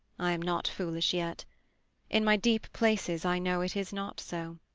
i am not foolish yet in my deep places i know it is not so.